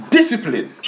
Discipline